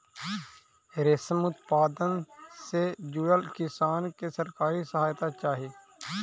रेशम उत्पादन से जुड़ल किसान के सरकारी सहायता चाहि